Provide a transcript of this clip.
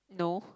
no